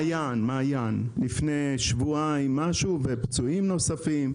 מעיין לפני שבועיים ופצועים נוספים.